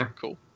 cool